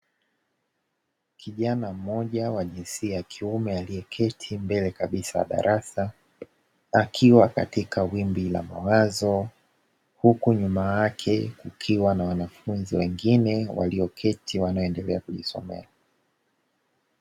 Kijana mmoja wa jinsia ya kiume aliyeketi mbele kabisa ya darasa, akiwa katika wimbi la mawazo, huku nyuma yake kukiwa na wanafunzi wengine walioketi wanaoendelea kujisomea.